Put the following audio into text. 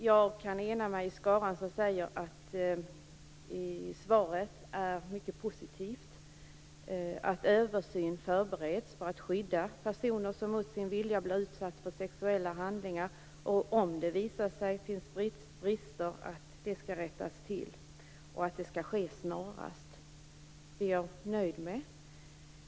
Jag kan ena mig med skaran som säger att svaret är mycket positivt, i fråga om att översyn förbereds för att skydda personer som mot sin vilja blir utsatta för sexuella handlingar och, om det visar sig finnas brister, att de skall rättas till och att det skall ske snabbt. Det är jag nöjd med.